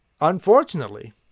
Unfortunately